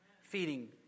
Feeding